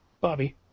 Bobby